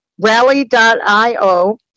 Rally.io